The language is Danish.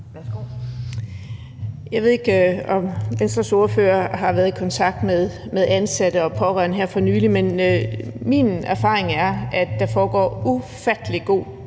Jeg ved ikke, om Venstres ordfører har været i kontakt med ansatte og pårørende her for nylig, men min erfaring er, at der foregår ufattelig god